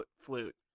flute